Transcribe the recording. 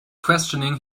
questioning